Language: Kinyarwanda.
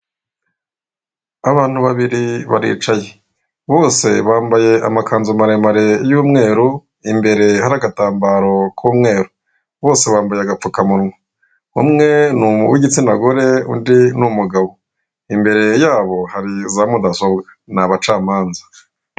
Abantu babiri baricaye bose bambaye amakanzu maremare y'umweru imbere hari agatambaro k'umweru, bose bambaye udupfukamunwa, umwe ni uw'igitsinagore undi ni umugabo imbere yabo hari za mudasobwa ni abacamanza.